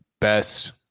best